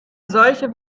solche